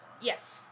Yes